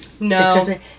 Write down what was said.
No